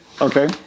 Okay